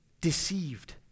Deceived